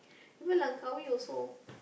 even Langkawi also